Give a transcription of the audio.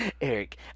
Eric